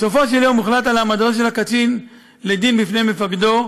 בסופו של דבר הוחלט על העמדתו של הקצין לדין בפני מפקדו,